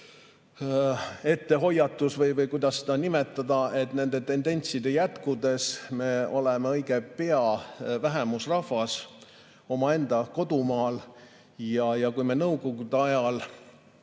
ettehoiatus – või kuidas seda nimetada –, et nende tendentside jätkudes oleme õige pea vähemusrahvas omaenda kodumaal. Kui me nõukogude ajal